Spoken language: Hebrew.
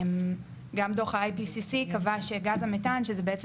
גם דוח ה-IBCC קבע שגז המתאן שזה בעצם